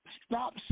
stop